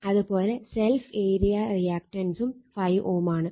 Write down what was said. അത് പോലെ self area റിയാക്റ്റൻസും 5 Ω ആണ്